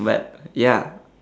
but ya